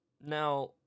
now